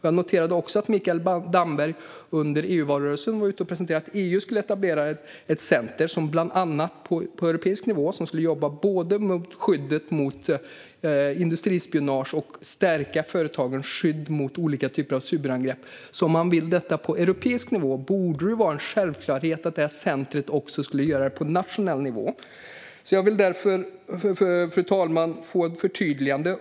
Jag noterade också att Mikael Damberg under EU-valrörelsen var ute och sa att EU ska etablera ett center på europeisk nivå som ska jobba med skydd mot industrispionage och stärka företagens skydd mot olika typer av cyberangrepp. Om man vill detta på europeisk nivå borde det vara en självklarhet att centret ska ägna sig åt dessa frågor på nationell nivå. Fru talman! Jag vill få ett förtydligande.